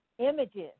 Images